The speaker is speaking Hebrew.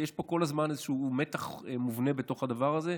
יש פה כל הזמן איזשהו מתח מובנה בתוך הדבר הזה.